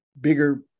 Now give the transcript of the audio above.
bigger